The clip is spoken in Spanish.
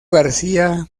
garcía